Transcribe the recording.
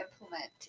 implement